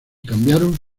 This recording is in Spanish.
cambiaron